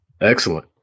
Excellent